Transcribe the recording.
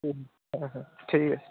হুম হ্যাঁ হ্যাঁ ঠিক আছে